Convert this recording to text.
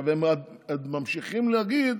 עכשיו, הם ממשיכים להגיד